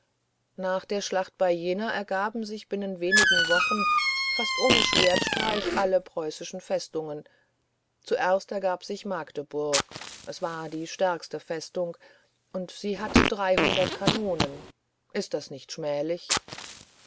nach der schlacht bei jena ergaben sich binnen wenigen wochen fast ohne schwertstreich alle preußischen festungen zuerst ergab sich magdeburg es war die stärkste festung und sie hatte dreihundert kanonen ist das nicht